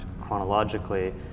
chronologically